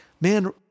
man